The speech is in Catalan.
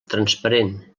transparent